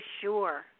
sure